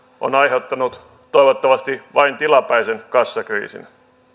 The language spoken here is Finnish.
on aiheuttanut toivottavasti vain tilapäisen kassakriisin